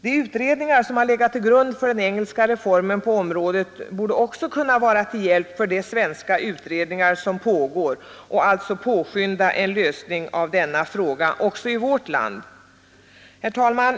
De utredningar som legat till grund för den engelska reformen på området borde också kunna vara till hjälp för de svenska utredningar som pågår och alltså påskynda en lösning av denna fråga också i vårt land. Herr talman!